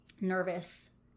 nervous